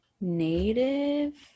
Native